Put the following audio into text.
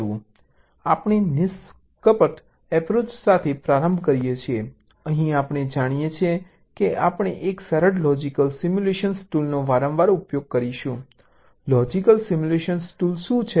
આપણે નિષ્કપટ એપ્રોચ સાથે પ્રારંભ કરીએ છીએ અહીં આપણે કહીએ છીએ કે આપણે એક સરળ લોજિક સિમ્યુલેશન ટૂલનો વારંવાર ઉપયોગ કરીશું લોજિક સિમ્યુલેશન ટૂલ શું છે